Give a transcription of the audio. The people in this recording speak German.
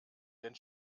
denn